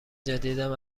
جدیدم